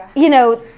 you know.